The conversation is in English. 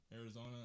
Arizona